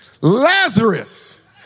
Lazarus